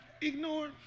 Ignore